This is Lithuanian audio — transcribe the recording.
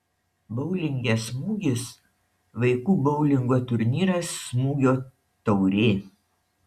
boulinge smūgis vaikų boulingo turnyras smūgio taurė